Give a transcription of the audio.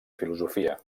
filosofia